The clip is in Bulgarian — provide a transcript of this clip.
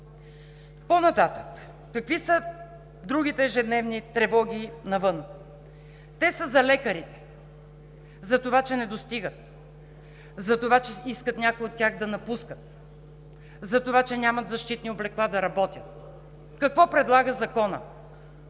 По-нататък, какви са другите ежедневни тревоги навън? Те са за лекарите – затова, че не достигат, затова че някои от тях искат да напускат, затова че нямат защитни облекла, за да работят. Какво предлага законът?